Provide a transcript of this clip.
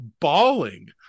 bawling